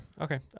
Okay